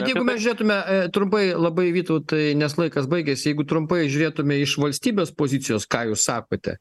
jeigu mes žiūrėtume a trumpai labai vytautai nes laikas baigės jeigu trumpai žiūrėtume iš valstybės pozicijos ką jūs sakote